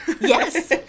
Yes